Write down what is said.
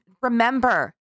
remember